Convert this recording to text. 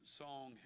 song